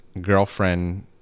girlfriend